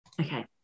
Okay